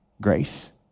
grace